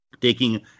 Taking